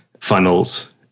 funnels